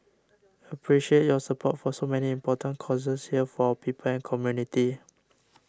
appreciate your support for so many important causes here for people community